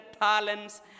talents